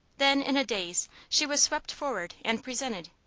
then, in a daze, she was swept forward and presented,